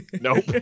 nope